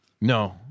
No